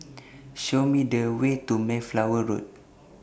Show Me The Way to Mayflower Road